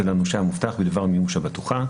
ולנושה המובטח בדבר מימוש הבטוחה.